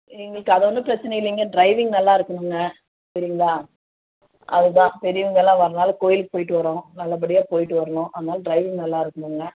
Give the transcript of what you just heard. எங்களுக்கு அது ஒன்றும் பிரச்சனை இல்லைங்க ட்ரைவிங் நல்லாருக்குணுங்க சரிங்களா அது தான் பெரியவங்களாம் வரதுனால கோவிலுக்கு போயிவிட்டு வரோம் நல்லபடியா போயிவிட்டு வரணும் அதனால் ட்ரைவிங் நல்லாருக்கணுங்க